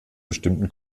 bestimmten